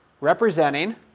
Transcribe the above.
representing